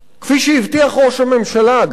כפי שהבטיח ראש הממשלה, אגב,